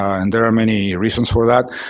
and there are many reasons for that.